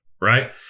right